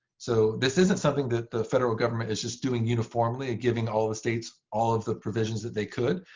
so this isn't something that the federal government is just doing uniformly and giving all of the states all of the provisions that they could.